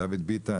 דוד ביטן,